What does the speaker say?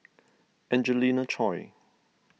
Angelina Choy